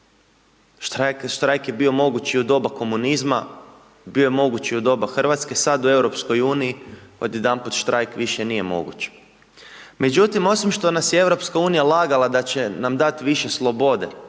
Štrajk je bio moguć i u doba komunizma, bio je moguć u doba Hrvatske, sada u EU, odjedanput štrajk nije moguć. Međutim, osim što nam je EU lagala da će nam dati više slobode,